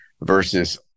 versus